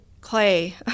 clay